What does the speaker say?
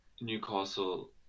Newcastle